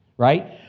Right